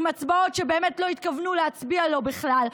עם הצבעות שבאמת לא התכוונו להצביע לכם בכלל.